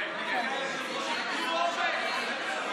פה זה לא עובד.